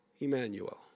Emmanuel